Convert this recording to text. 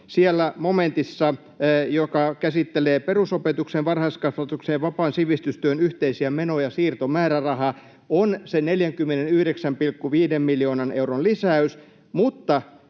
Siellä momentissa, joka käsittelee perusopetuksen, varhaiskasvatuksen ja vapaan sivistystyön yhteisiä menoja, siirtomääräraha on se 49,5 miljoonan euron lisäys, mutta